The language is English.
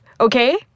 Okay